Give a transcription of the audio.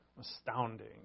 astounding